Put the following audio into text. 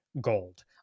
gold